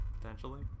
potentially